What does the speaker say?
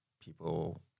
people